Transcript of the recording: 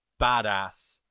badass